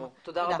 תודה.